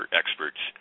experts